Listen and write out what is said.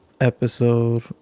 episode